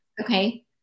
Okay